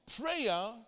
prayer